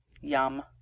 Yum